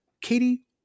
Katie